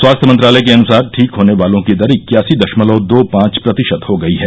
स्वास्थ्य मंत्रालय के अनुसार ठीक होने वालों की दर इक्यासी दशमलव दो पांच प्रतिशत हो गई है